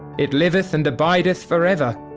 it liveth and abideth forever.